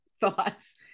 thoughts